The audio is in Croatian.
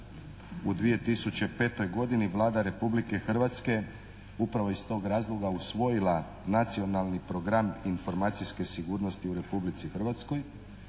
u 2005. godini Vlada Republike Hrvatske upravo iz tog razloga usvojila Nacionalni program informacijske sigurnosti u Republici Hrvatskoj